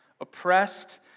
Oppressed